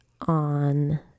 on